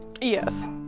Yes